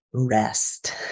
Rest